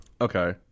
Okay